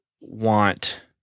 want